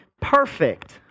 perfect